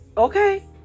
okay